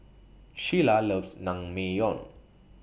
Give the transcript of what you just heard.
Sheila loves Naengmyeon